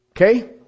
Okay